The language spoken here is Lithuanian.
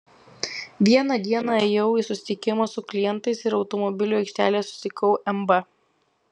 vieną dieną ėjau į susitikimą su klientais ir automobilių aikštelėje susitikau mb